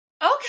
Okay